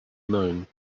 known